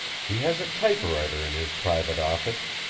he has a typewriter in his private office,